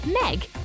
Meg